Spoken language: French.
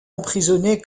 emprisonné